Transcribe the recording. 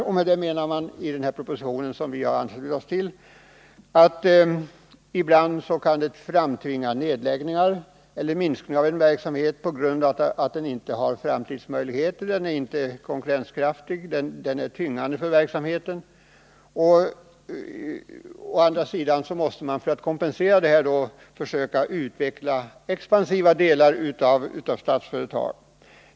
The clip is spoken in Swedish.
Därmed menar man i denna proposition, som vi har anslutit oss till, att det ibland kan vara nödvändigt med nedläggningar eller minskning av en verksamhet, om den inte har framtidsmöjligheter och inte är konkurrenskraftig utan tyngande för verksamheten i övrigt. Å andra sidan måste man för att kompensera detta försöka utveckla expansiva delar av Statsföretag.